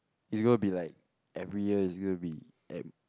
is going to be like every year is going to be at